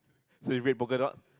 so it's red polka dots